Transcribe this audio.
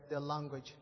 language